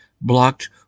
blocked